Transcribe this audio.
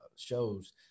Shows